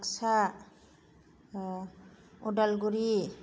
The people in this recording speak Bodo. बाक्सा अदालगुरि